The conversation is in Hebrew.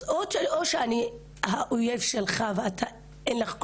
אז או שאני האויב שלך ולא תשאיר לי